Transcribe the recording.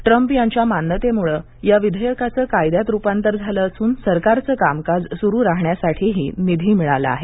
Trump यांच्या मान्यतेमुळ या विधेयकाच कायद्यात रुपांतर झालं असून सरकारचं कामकाज सुरू राहण्यासाठीही निधी मिळाला आहे